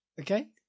Okay